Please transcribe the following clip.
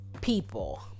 people